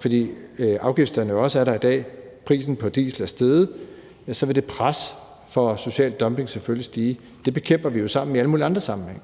fordi afgifterne jo også er der i dag. Prisen på diesel er steget, og så vil det pres for social dumping selvfølgelig stige. Det bekæmper vi jo sammen i alle mulige andre sammenhænge,